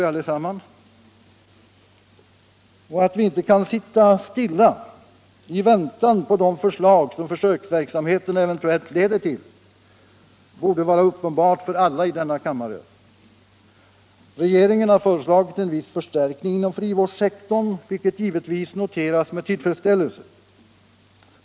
Att vi inte kan vila stilla i väntan på de förslag som försöksverksamheten eventuellt leder till är säkerligen uppenbart för alla i denna kammare. Regeringen har föreslagit en viss förstärkning inom frivårdssektorn, vilket givetvis noteras med tillfredsställelse.